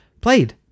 played